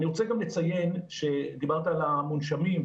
דיברת על המונשמים,